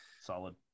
Solid